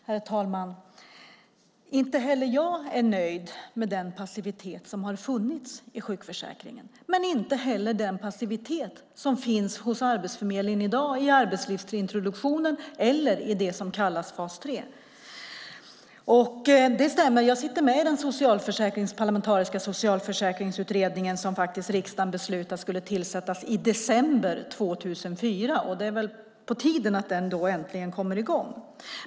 Herr talman! Inte heller jag är nöjd med den passivitet som har funnits i sjukförsäkringen. Men jag är inte heller nöjd med den passivitet som finns hos Arbetsförmedlingen i dag, i arbetslivsintroduktionen eller i det som kallas fas 3. Det stämmer att jag sitter med i den parlamentariska socialförsäkringsutredningen som riksdagen beslutade skulle tillsättas i december 2004. Det är alltså på tiden att den äntligen kommer i gång.